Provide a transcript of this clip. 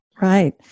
Right